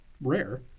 rare